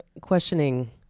questioning